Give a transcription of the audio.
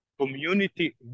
community